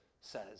says